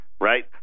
Right